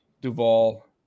Duvall